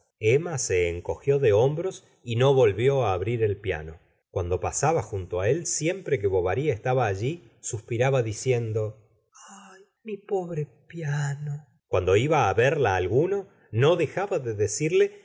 emma se encog ió de hombros y no volvió á abrir el piano cuando pasa ba junto á él siempre que bovary estaba allí suspiraba diciendo ah mi pobre piano cuando iba á verla alguno no dejaba de decirle